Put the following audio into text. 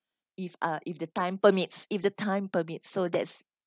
if uh if the time permits if the time permits so that's